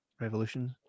Revolutions